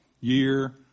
year